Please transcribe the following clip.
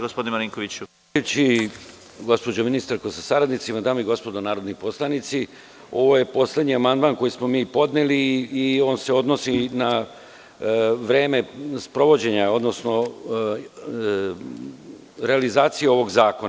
Gospodine predsedavajući, gospođo ministarko sa saradnicima, dame i gospodo narodni poslanici, ovo je poslednji amandman koji smo mi podneli i on se odnosi na vreme provođenja, odnosno realizacije ovog zakona.